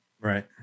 Right